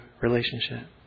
relationship